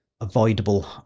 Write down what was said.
avoidable